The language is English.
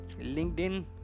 linkedin